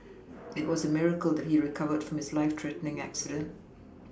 it was a miracle that he recovered from his life threatening accident